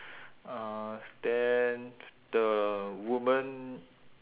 uh then the woman